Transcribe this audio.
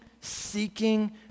seeking